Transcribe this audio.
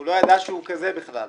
הוא לא ידע שהוא כזה בכלל.